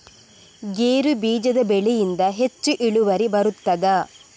ಗೇರು ಬೀಜದ ಬೆಳೆಯಿಂದ ಹೆಚ್ಚು ಇಳುವರಿ ಬರುತ್ತದಾ?